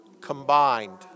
combined